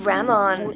Ramon